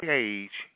age